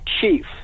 chief